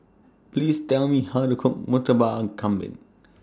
Please Tell Me How to Cook Murtabak Kambing